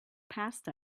passed